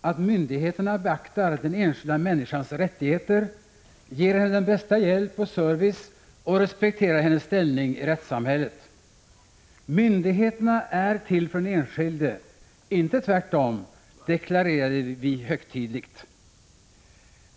att myndigheterna beaktar den enskilda människans rättigheter, ger henne den bästa hjälp och service och respekterar hennes ställning i rättssamhället. Myndigheterna är till för den enskilde — inte tvärtom — deklarerade vi högtidigt.